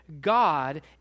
God